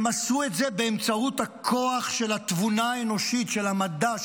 הם עשו את זה באמצעות הכוח של התבונה האנושית של המדע,